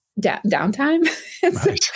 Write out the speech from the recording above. downtime